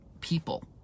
people